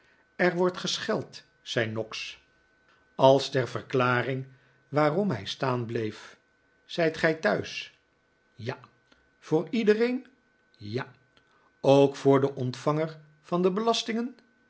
er wordt gescheld zei noggs als ter verklaring waarom hij staan bleef zijt gij thuis ja voor iedereen ja ook voor den ontvanger van de belastingen